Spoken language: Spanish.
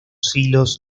silos